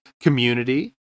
Community